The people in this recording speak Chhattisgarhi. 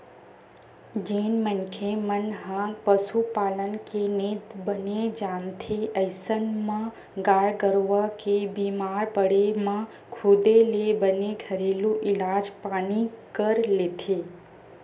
जेन मनखे मन ह पसुपालन के नेत बने जानथे अइसन म गाय गरुवा के बीमार पड़े म खुदे ले बने घरेलू इलाज पानी कर लेथे